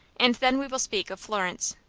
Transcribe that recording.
and then we will speak of florence.